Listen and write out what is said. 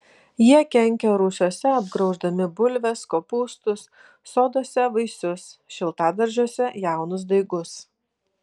jie kenkia rūsiuose apgrauždami bulves kopūstus soduose vaisius šiltadaržiuose jaunus daigus